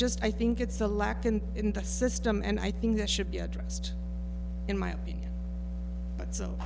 just i think it's a lacking in the system and i think that should be addressed in my opinion but so